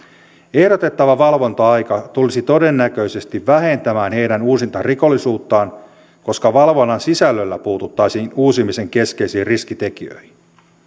ehdotettava valvonta aika tulisi todennäköisesti vähentämään heidän uusintarikollisuuttaan koska valvonnan sisällöllä puututtaisiin uusimisen keskeisiin riskitekijöihin